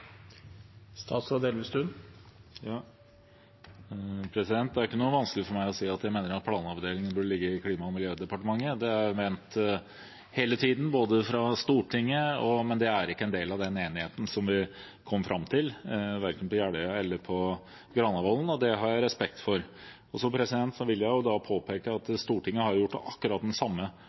Det er ikke noe vanskelig for meg å si at jeg mener at planavdelingen burde ligge i Klima- og miljødepartementet. Det har jeg ment hele tiden, i Stortinget også, men det er ikke en del av den enigheten som vi kom fram til verken på Jeløya eller på Granavolden, og det har jeg respekt for. Jeg vil påpeke at Stortinget har gjort akkurat den samme